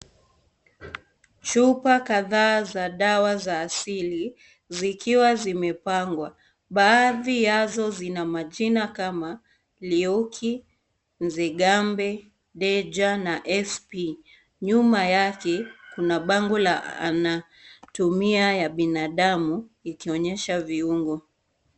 Chupa kadahaa za dawa za asili zikiwa zimepangwa , baadhi yazo zina majina kama leoki , nzegambe , deja na sp nyuma yake kuna bango anatumia ya binadamu ikionyesha viungo.